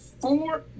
Four